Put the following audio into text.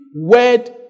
word